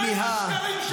די עם השקרים שלכם.